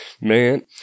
Man